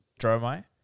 Dromai